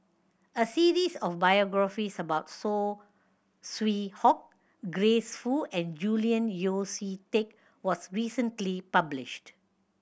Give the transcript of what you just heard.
a series of biographies about Saw Swee Hock Grace Fu and Julian Yeo See Teck was recently published